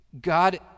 God